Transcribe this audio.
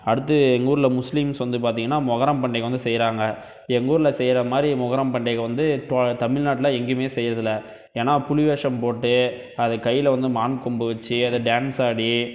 அடுத்து எங்கள் ஊரில் முஸ்லீம்ஸ் வந்து பார்த்திங்கன்னா மொஹரம் பண்டிகை வந்து செய்கிறாங்க எங்கள் ஊரில் செய்கிற மாதிரி மொஹரம் பண்டிகை வந்து டோ தமிழ்நாட்டில் எங்கேயுமே செய்கிறது இல்லை ஏன்னால் புலி வேஷம் போட்டு அது கையில் வந்து மான் கொம்பு வச்சு அதில் டேன்ஸ் ஆடி